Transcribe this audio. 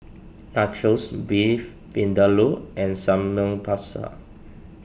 Nachos Beef Vindaloo and Samgyeopsal